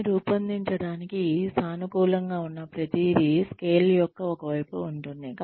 దీన్ని రూపొందించడానికి సానుకూలంగా ఉన్న ప్రతిదీ స్కేల్ యొక్క ఒక వైపు ఉంటుంది